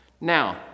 Now